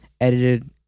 edited